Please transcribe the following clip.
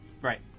right